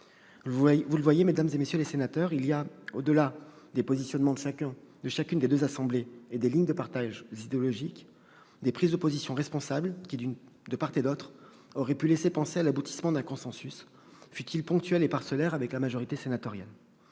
Vous le voyez, mesdames, messieurs les sénateurs, par-delà les positionnements de chacune des deux assemblées et les lignes de partage idéologiques, il y a des prises de position responsables qui, de part et d'autre, auraient pu laisser penser à l'aboutissement d'un consensus, fût-il ponctuel et parcellaire, avec la majorité sénatoriale.